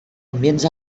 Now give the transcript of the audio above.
ambients